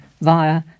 via